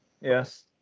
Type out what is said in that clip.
yes